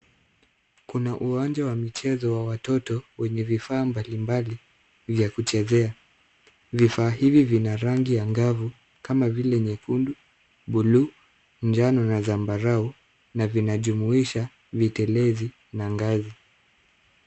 Kuna uwanja wa michezo wa watoto wenye vifaa mbalimbali vya kuchezea. Vifaa hivi vina rangi angavu kama vile nyekundu, buluu, njano na zambarau na vinajumuisha vitelezi na ngazi.